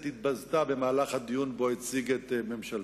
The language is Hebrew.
התבזתה במהלך הדיון שבו הציג את ממשלתו,